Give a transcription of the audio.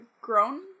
grown